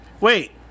Wait